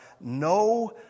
no